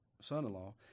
son-in-law